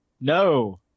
No